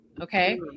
Okay